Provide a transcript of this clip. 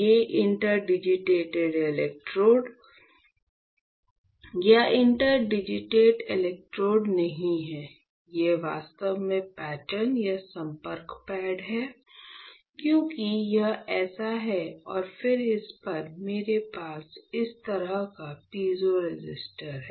ये interdigitated electrode या interdigitated electrode नहीं हैं ये वास्तव में पैटर्न या संपर्क पैड हैं क्योंकि यह ऐसा है और फिर इस पर मेरे पास इस तरह का पीजो रेसिस्टर है